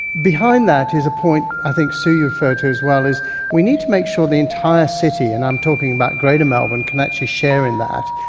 behind that is a point, that i think sue you referred to as well, is we need to make sure the entire city, and i'm talking about greater melbourne, can actually share in that.